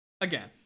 again